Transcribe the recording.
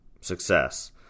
success